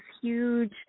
huge